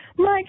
Mike